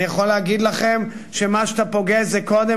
אני יכול להגיד לכם שמה שאתה פוגש זה קודם